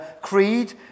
creed